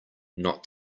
not